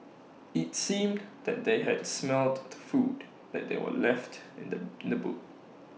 IT seemed that they had smelt the food that they were left in the in the boot